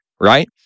right